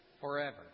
forever